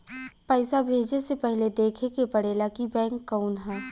पइसा भेजे से पहिले देखे के पड़ेला कि बैंक कउन ह